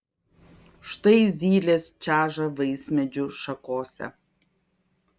štai zylės čeža vaismedžių šakose